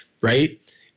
Right